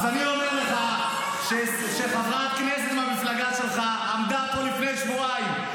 אז אני אומר לך שחברת כנסת מהמפלגה שלך עמדה פה לפני שבועיים,